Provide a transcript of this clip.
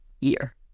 year